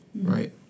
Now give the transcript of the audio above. Right